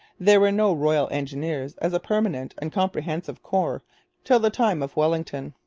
there were no royal engineers as a permanent and comprehensive corps till the time of wellington.